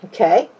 Okay